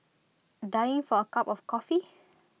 dying for A cup of coffee